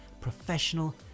professional